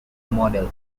model